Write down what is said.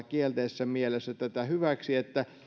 kielteisessä mielessä hyväksi sillä tavalla